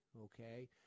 Okay